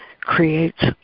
creates